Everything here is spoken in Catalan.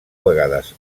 vegades